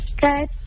Good